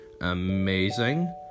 amazing